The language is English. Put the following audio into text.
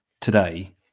today